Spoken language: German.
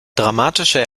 dramatische